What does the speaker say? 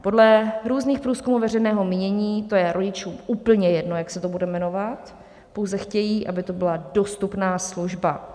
Podle různých průzkumů veřejného mínění to je rodičům úplně jedno, jak se to bude jmenovat, pouze chtějí, aby to byla dostupná služba.